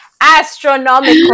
astronomical